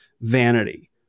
vanity